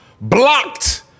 blocked